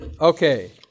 Okay